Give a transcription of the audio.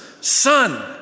Son